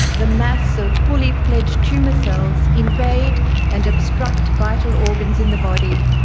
the mass of fully fledged tumour cells invade and obstruct vital organs in the body,